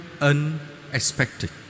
unexpected